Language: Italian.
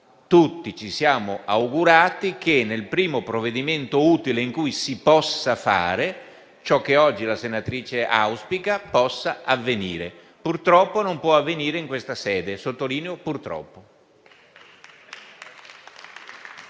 Tutti ci siamo augurati che, nel primo provvedimento utile in cui si potrà fare, ciò che oggi la senatrice auspica possa avvenire. Purtroppo non può avvenire in questa sede e sottolineo la parola